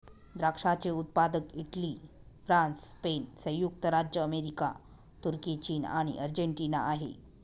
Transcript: द्राक्षाचे उत्पादक Italy, France, Spain, संयुक्त राज्य अमेरिका, तुर्की, चीन आणि अर्जेंटिना आहे